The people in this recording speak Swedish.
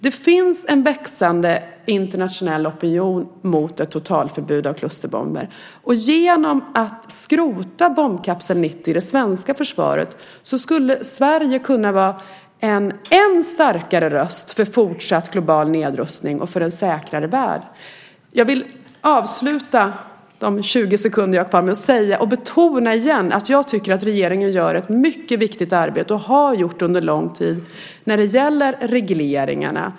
Det finns en växande internationell opinion för ett totalförbud av klusterbomber, och genom att skrota bombkapsel 90 i det svenska försvaret skulle Sverige kunna vara en än starkare röst för fortsatt global nedrustning och för en säkrare värld. Jag vill avsluta med att igen betona att jag tycker att regeringen gör ett mycket viktigt arbete och har gjort det under lång tid när det gäller regleringarna.